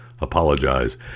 apologize